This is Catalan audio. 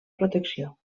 protecció